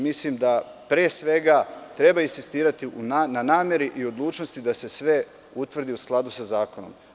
Mislim da treba insistirati na nameri i odlučnosti da se sve utvrdi u skladu sa zakonom.